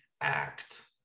act